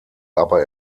aber